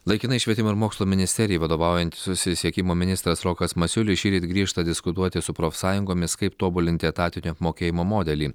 laikinai švietimo ir mokslo ministerijai vadovaujantis susisiekimo ministras rokas masiulis šįryt grįžta diskutuoti su profsąjungomis kaip tobulinti etatinio apmokėjimo modelį